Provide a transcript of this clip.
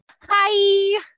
Hi